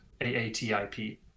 A-A-T-I-P